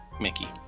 Mickey